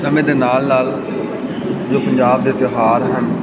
ਸਮੇਂ ਦੇ ਨਾਲ ਨਾਲ ਜੋ ਪੰਜਾਬ ਦੇ ਤਿਉਹਾਰ ਹਨ